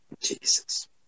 Jesus